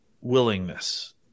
willingness